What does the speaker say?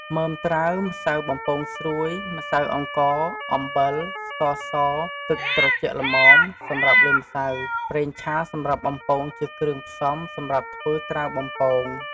មើមត្រាវ ម្សៅបំពងស្រួយ ម្សៅអង្ករ អំបិល ស្ករស ទឹកត្រជាក់ល្មម សម្រាប់លាយម្សៅ ប្រេងឆាសម្រាប់បំពងជាគ្រឿងផ្សំ សម្រាប់ធ្វើត្រាវបំពង។